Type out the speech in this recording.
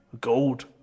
Gold